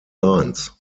lines